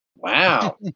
Wow